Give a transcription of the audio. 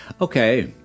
okay